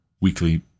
weekly